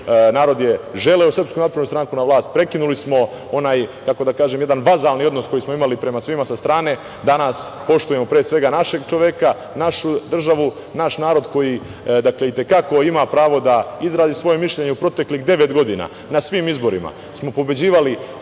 Narod je želeo SNS na vlast, prekinuli smo onaj, kako da kažem, jedan vazalni odnos koji smo imali prema svima sa strane. Danas poštujemo pre svega našeg čoveka, našu državu, naš narod koji i te kako ima pravo da izrazi svoje mišljenje. U proteklih devet godina na svim izborima smo pobeđivali